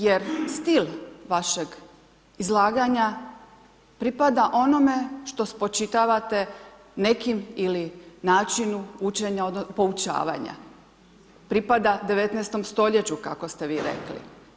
Jer stil vašeg izlaganja pripada onome što spočitavate nekim ili načinu učenja poučavanja, pripada 19. stoljeću kako ste vi rekli.